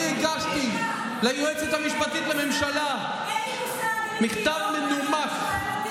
אני הגשתי ליועצת המשפטית לממשלה מכתב מנומק,